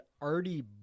Artie